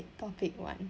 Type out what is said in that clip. topic one